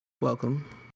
welcome